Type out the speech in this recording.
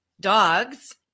dogs